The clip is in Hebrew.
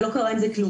לא קרה עם זה כלום.